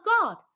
God